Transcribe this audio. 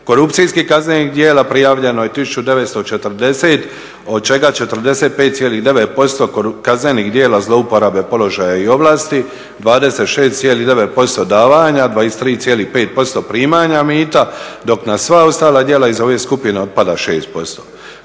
Korupcijskih kaznenih djela prijavljeno je 1940, od čega 45,9% kaznenih djela zlouporabe položaja i ovlasti, 26,9% davanja, 23,5% primanja mita, dok na sva ostala djela iz ove skupine otpada 6%.